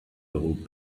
hold